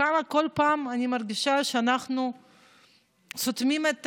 כמה כל פעם אני מרגישה שאנחנו סותמים את